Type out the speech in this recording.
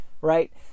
right